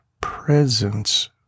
presence